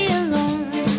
alone